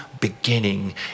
beginning